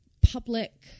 public